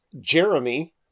jeremy